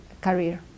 career